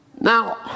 Now